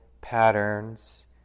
patterns